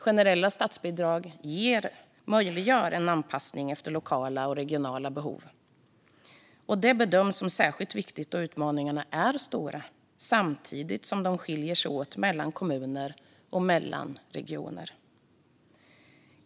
Generella statsbidrag möjliggör en anpassning efter lokala och regionala behov, vilket bedöms som särskilt viktigt då utmaningarna är stora samtidigt som de skiljer sig åt mellan kommuner och mellan regioner.